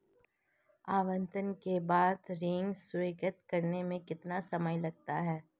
आवेदन के बाद ऋण स्वीकृत करने में कितना समय लगता है?